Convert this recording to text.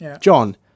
John